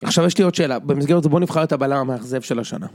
עכשיו יש לי עוד שאלה במסגרת זה בוא נבחר את הבלם המאכזב של השנה.